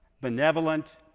benevolent